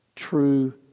true